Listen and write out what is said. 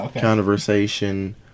conversation